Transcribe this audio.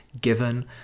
given